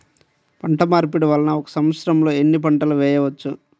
పంటమార్పిడి వలన ఒక్క సంవత్సరంలో ఎన్ని పంటలు వేయవచ్చు?